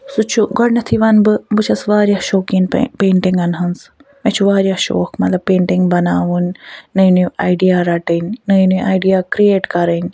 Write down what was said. سُہ چھُ گۄڈٕنیٚتھٕے وَنہٕ بہٕ بہٕ چھَس واریاہ شوقیٖن پینٹِنٛگَن ہنٛز مےٚ چھُ واریاہ شوق مطلب پینٹِنٛگ بناوُن نٔے نٔے آیڈِیا رَٹٕنۍ نٔے نٔے آیڈِیا کرٛیٹ کَرٕنۍ